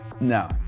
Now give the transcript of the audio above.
No